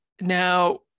Now